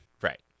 Right